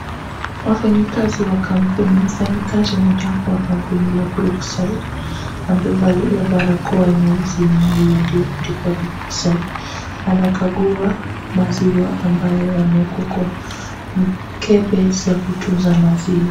Wafanyikazi wa kampuni, mfanyikazi moja wapo wa kampuni la Brookside amevalia barakoa nyeusi iliyoandikwa Brookside, anakagua maziwa ambayo yameekwa kwa mkebe za kutunza maziwa.